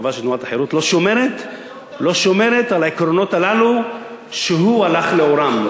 חבל שתנועת החרות לא שומרת על העקרונות הללו שהוא הלך לאורם.